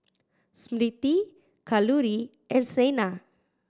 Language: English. Smriti Kalluri and Saina